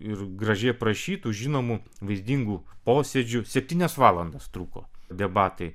ir gražiai aprašytu žinomu vaizdingu posėdžiu septynias valandas truko debatai